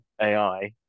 AI